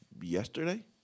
Yesterday